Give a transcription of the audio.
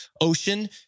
Ocean